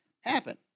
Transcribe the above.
happen